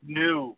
new